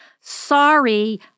sorry